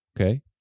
okay